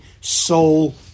soul